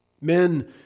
Men